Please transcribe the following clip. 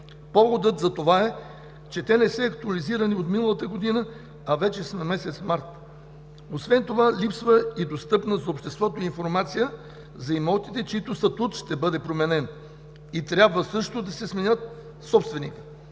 Поводът за това е, че те не са актуализирани от миналата година, а вече сме месец март. Освен това липсва и достъпна до обществото информация за имотите, чиито статут ще бъде променен и трябва да се смени също собственикът.